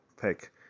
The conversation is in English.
pick